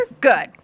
good